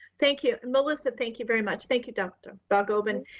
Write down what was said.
thank you. melissa, thank you very much. thank you, doctor balgobin.